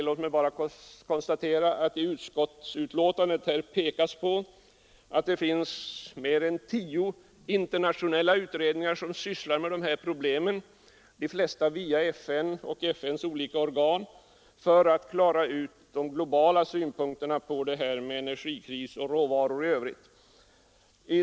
Låt mig bara konstatera att det i utskottsbetänkandet pekas på att mer än tio internationella utredningar sysslar med dessa problem, de flesta via FN:s olika organ, för att studera de globala synpunkterna på energikrisen och råvarutillgångarna.